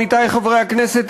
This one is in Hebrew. עמיתי חברי הכנסת,